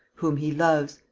whom he loves.